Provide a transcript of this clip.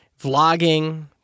vlogging